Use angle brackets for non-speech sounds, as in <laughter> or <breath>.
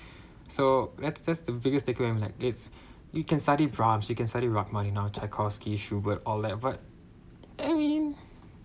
<breath> so that's that's the biggest takeaway I'm like it's you can study bribes you can study rock money tchaikovsky schubert all that but I mean